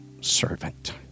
servant